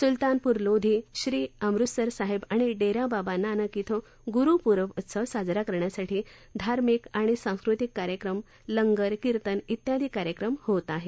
सुलतानपूर लोधी श्री अमृतसर साहेब आणि डेराबाबा नानक इथं ग्रु प्रब उत्सव साजरा करण्यासाठी धार्मिक आणि सांस्कृतिक कार्यक्रम लंगर कीर्तन इत्यादी उपक्रम होणार आहेत